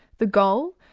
the goal?